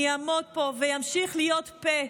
אני אעמוד פה ואמשיך להיות פה,